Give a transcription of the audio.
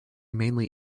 mainly